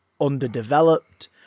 underdeveloped